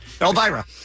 Elvira